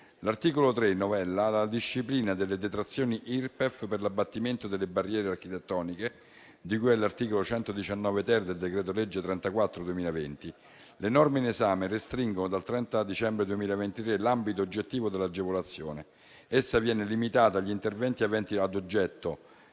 L'articolo 3 novella la disciplina delle detrazioni Irpef per l'abbattimento delle barriere architettoniche di cui all'articolo 119-*ter* del decreto-legge n. 34 del 2020. Le norme in esame restringono dal 30 dicembre 2023 l'ambito oggettivo dell'agevolazione. Essa viene limitata agli interventi aventi ad oggetto